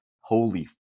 holy